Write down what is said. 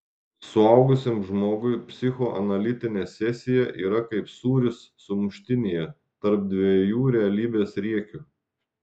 suaugusiam žmogui psichoanalitinė sesija yra kaip sūris sumuštinyje tarp dviejų realybės riekių